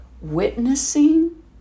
witnessing